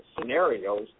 scenarios